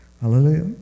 Hallelujah